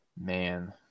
man